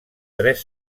tres